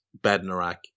Bednarak